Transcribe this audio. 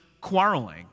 quarreling